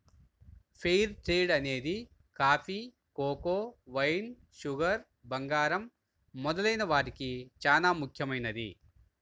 fair trade అనేది coffee, cocoa, wine, sugar, బంగారం మొదలైన వాటికి చానా ముఖ్యమైనది